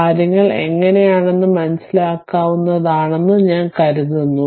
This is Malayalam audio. കാര്യങ്ങൾ എങ്ങനെയാണ് മനസ്സിലാക്കാവുന്നതാണെന്ന് ഞാൻ കരുതുന്നു